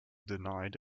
denied